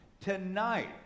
Tonight